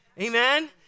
Amen